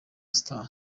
star